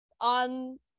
on